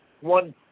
one